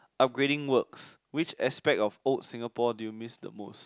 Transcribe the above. upgrading works which aspects of old Singapore do you missed the most